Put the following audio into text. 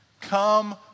come